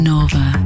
Nova